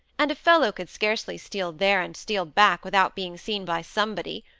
and a fellow could scarcely steal there and steal back without being seen by somebody.